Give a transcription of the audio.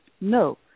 no